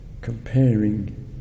comparing